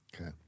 Okay